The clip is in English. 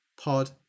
pod